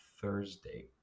thursday